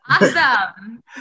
Awesome